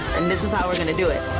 and this is how we're gonna do it.